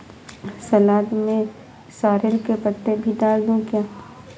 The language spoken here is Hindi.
सलाद में सॉरेल के पत्ते भी डाल दूं क्या?